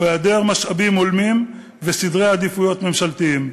היעדר משאבים הולמים וסדרי עדיפויות ממשלתיים.